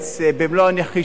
במלוא הנחישות,